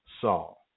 Saul